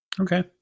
Okay